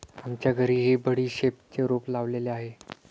आमच्या घरीही बडीशेपचे रोप लावलेले आहे